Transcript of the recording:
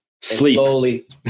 Sleep